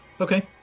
Okay